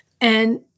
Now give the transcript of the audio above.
And-